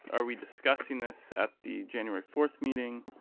are we discussing this at the january fourth meeting